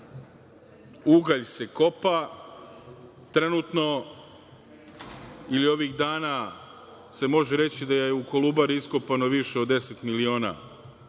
ugalj se kopa, trenutno i ovih dana se može reći da je u Kolubari iskopano više od 10 miliona